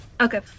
Okay